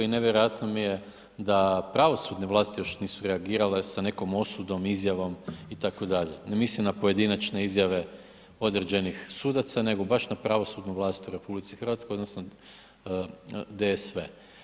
I nevjerojatno mi je da pravosudne vlasti još nisu reagirali sa nekom osudom, izjavom itd., ne mislim na pojedinačne izjave određenih sudaca nego baš na pravosudnu vlast u RH odnosno DSV.